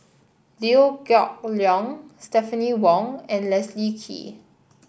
Liew Geok Leong Stephanie Wong and Leslie Kee